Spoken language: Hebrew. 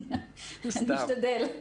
אני אשתדל.